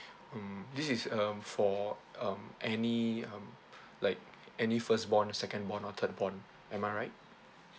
hmm this is um for um any um like any first born or second born or third born am I right